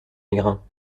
mégrin